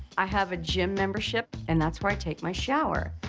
i have a gym membership, and that's where i take my shower.